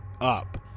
up